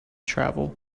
travel